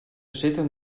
zitten